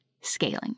scaling